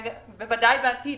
ובוודאי בעתיד,